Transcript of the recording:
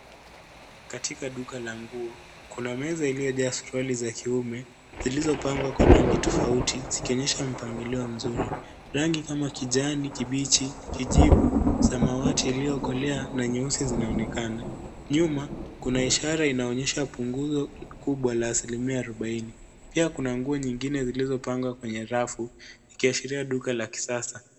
Katika duka la nguo, kuna meza lilojaa stroli za kiume zilizopangwa kwa rangi tofauti zikionyesha mpangilio mzuri. Rangi kama kijani kibichi, kijivu, samawati iliyokolea na nyeusi zinaonekana. Nyuma kuna ishara inaonyesha punguzo kubwa la asilimia arubaini. Pia kuna nguo nyingine zilizopangwa kwenye rafu ikiashiria duka la kisasa.